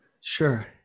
Sure